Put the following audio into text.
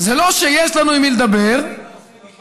זה לא שיש לנו עם מי לדבר, בצלאל,